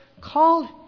called